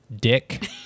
dick